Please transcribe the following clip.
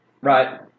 Right